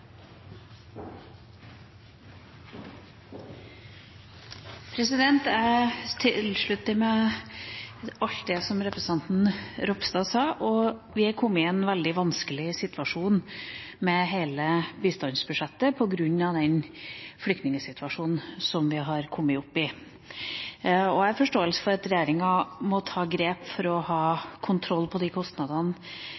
Jeg slutter meg til alt det som representanten Ropstad sa. Vi er kommet i en veldig vanskelig situasjon med hele bistandsbudsjettet på grunn av den flyktningsituasjonen vi har kommet opp i. Jeg har forståelse for at regjeringa må ta grep for å ha kontroll på de kostnadene